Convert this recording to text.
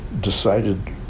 decided